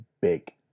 big